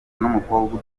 n’umukobwa